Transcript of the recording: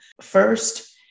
first